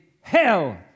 hell